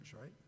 right